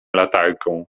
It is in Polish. latarką